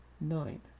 nine